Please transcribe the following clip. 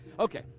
Okay